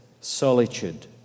solitude